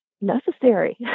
necessary